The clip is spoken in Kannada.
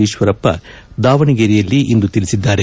ಈಶ್ವರಪ್ಪ ದಾವಣಗೆರೆಯಲ್ಲಿಂದು ತಿಳಿಸಿದ್ದಾರೆ